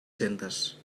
centes